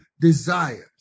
desires